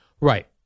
right